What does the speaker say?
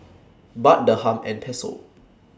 Baht Dirham and Peso